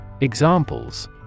Examples